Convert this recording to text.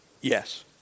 yes